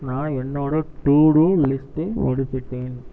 நான் என்னோட to do லிஸ்ட்டை முடிச்சுட்டேன்